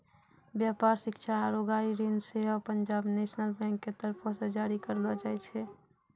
व्यापार, शिक्षा आरु गाड़ी ऋण सेहो पंजाब नेशनल बैंक के तरफो से जारी करलो जाय छै